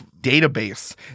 database